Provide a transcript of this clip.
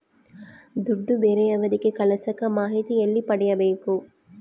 ದುಡ್ಡು ಬೇರೆಯವರಿಗೆ ಕಳಸಾಕ ಮಾಹಿತಿ ಎಲ್ಲಿ ಪಡೆಯಬೇಕು?